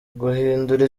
guhindura